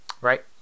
Right